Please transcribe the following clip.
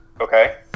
Okay